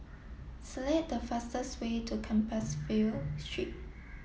select the fastest way to Compassvale Street